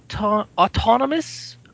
autonomous